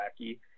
wacky